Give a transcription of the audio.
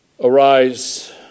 Arise